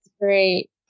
great